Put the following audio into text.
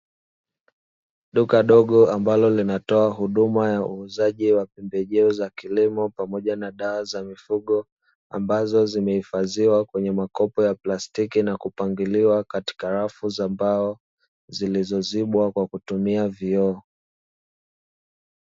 Doka dogo ambalo linatoa huduma ya uuzaji wa pembejeo za kilimo pamoja na dawa za mifugo, ambazo zimehifadhiwa kwenye makopo ya plastiki na kupangiliwa katika rafu za mbao zilizozibwa kwa kutumia vioo.